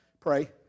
Pray